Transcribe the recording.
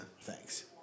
Thanks